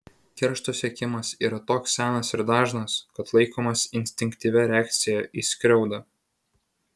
keršto siekimas yra toks senas ir dažnas kad laikomas instinktyvia reakcija į skriaudą